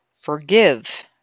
Forgive